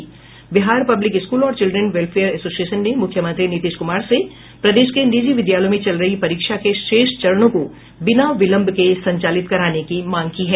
Bihar public school और children welfare association ने मुख्यमंत्री नीतीश कुमार से प्रदेश के निजी विद्यालयों में चल रही परीक्षा के शेष चरणों को बिना विलंब के संचालित कराने की मांग की है